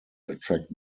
attract